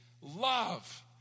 love